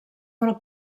pel